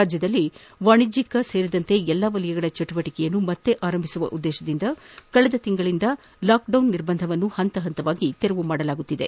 ರಾಜ್ಯದಲ್ಲಿ ವಾಣಿಜ್ಯಿಕ ಸೇರಿದಂತೆ ಎಲ್ಲಾ ವಲಯಗಳ ಚಟುವಟಿಕೆಗಳನ್ನು ಮತ್ತೆ ಆರಂಭಿಸುವ ಉದ್ದೇಶದಿಂದ ಕಳೆದ ತಿಂಗಳಿಂದ ಲಾಕ್ಡೌನ್ ನಿರ್ಬಂಧಗಳನ್ನು ಹಂತಹಂತವಾಗಿ ತೆರವುಗೊಳಿಸಲಾಗಿದೆ